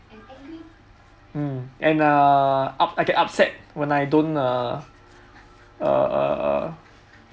um and err up~ I get upset when I don‘t err uh uh uh